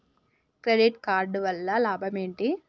Credit card వల్ల లాభం ఏంటి?